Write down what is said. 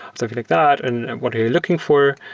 stuff like that, and what are you looking for.